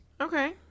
Okay